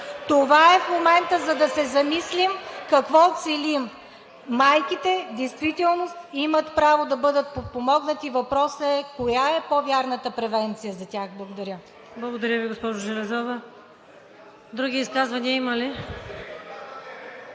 Това е в момента, за да се замислим какво целим. Майките в действителност имат право да бъдат подпомогнати, въпросът е: коя е по-вярната превенция за тях? Благодаря. ПРЕДСЕДАТЕЛ ВИКТОРИЯ ВАСИЛЕВА: Благодаря Ви, госпожо Железова. Други изказвания има ли?